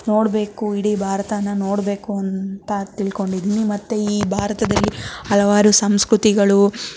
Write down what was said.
ನೋಡಬೇಕು ಇಡಿ ಭಾರತನ ನೊಡಬೇಕು ಅಂತ ತಿಳ್ಕೊಂಡಿದ್ದೀನಿ ಮತ್ತೆ ಈ ಭಾರತದಲ್ಲಿ ಹಲವಾರು ಸಂಸ್ಕೃತಿಗಳು